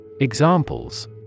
Examples